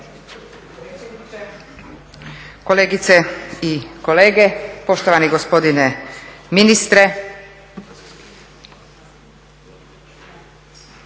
Kolegice i kolege, poštovani gospodine ministre